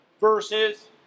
Versus